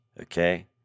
okay